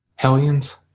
Hellions